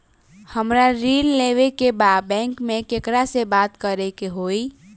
हमरा ऋण लेवे के बा बैंक में केकरा से बात करे के होई?